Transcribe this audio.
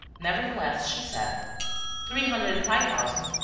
nevertheless, she said three hundred and five thousand.